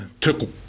took